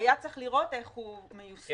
היה צריך לראות איך הוא מיושם,